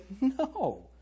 no